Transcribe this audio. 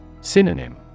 Synonym